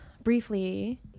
briefly